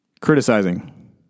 Criticizing